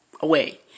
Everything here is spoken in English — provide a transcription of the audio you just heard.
away